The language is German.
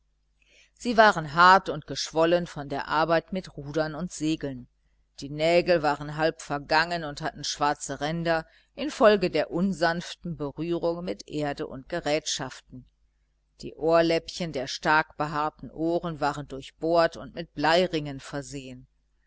sie waren hart und geschwollen von der arbeit mit rudern und segeln die nägel waren halb vergangen und hatten schwarze ränder infolge der unsanften berührung mit erde und gerätschaften die ohrläppchen der stark behaarten ohren waren durchbohrt und mit bleiringen versehen